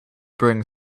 bring